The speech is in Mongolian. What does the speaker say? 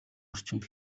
орчинд